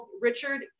Richard